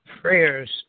prayers